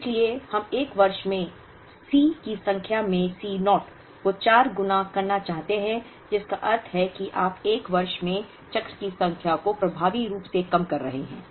इसलिए हम एक वर्ष में C की संख्या में C naught को चार गुना करना चाहते हैं जिसका अर्थ है कि आप एक वर्ष में चक्र की संख्या को प्रभावी रूप से कम कर रहे हैं